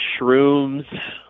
shrooms